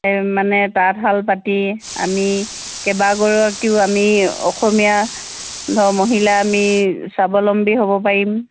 মানে তাঁতশাল পাতি আমি কেইবাগৰাকীও আমি অসমীয়া ধৰ মহিলা আমি স্বাৱলম্বী হ'ব পাৰিম